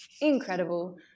incredible